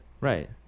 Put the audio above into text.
right